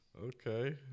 Okay